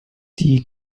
die